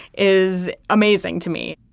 is amazing to me